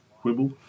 quibble